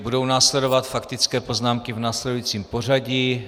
Budou následovat faktické poznámky v následujícím pořadí.